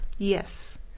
Yes